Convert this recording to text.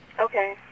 Okay